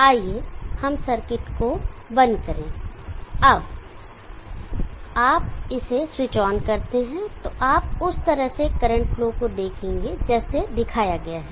आइए हम सर्किट को बंद करें जब आप इसे स्विच ऑन करते हैं तो आप उस तरह से करंट फ्लो को देखेंगे जैसे दिखाया गया है